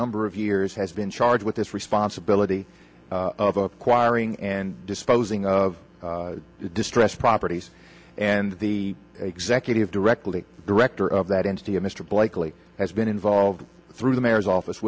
number of years has been charged with this responsibility of acquiring and disposing of distressed properties and the executive directly director of that entity mr blakeley has been involved through the mayor's office